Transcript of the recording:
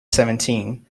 seventeen